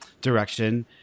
direction